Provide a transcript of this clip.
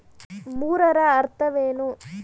ಮೂರರ ಅರ್ಥವೇನು?